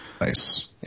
Nice